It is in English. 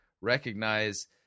recognize